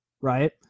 Right